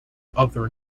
other